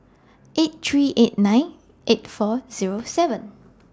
eight three eight nine eight four Zero seven